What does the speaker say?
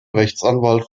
rechtsanwalt